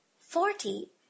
Forty